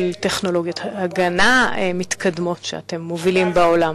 טכנולוגיות הגנה מתקדמות שאתם מובילים בעולם.